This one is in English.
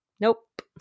nope